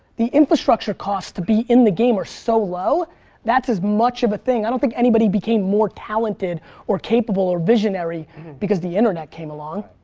the infrastructure costs to be in the game are so low that's as much of a thing, i don't think anybody became more talented or capable or visionary because the internet came along.